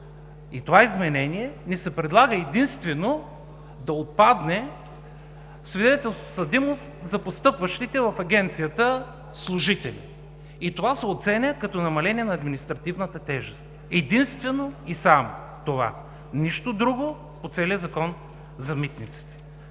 с това изменение ни се предлага единствено да отпадне свидетелството за съдимост за постъпващите в Агенцията служители, което се оценява като намаление на административната тежест – единствено и само това, нищо друго по целия Закон за митниците.